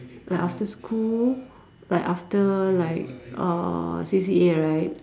like after school like after like uh C_C_A right